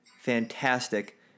fantastic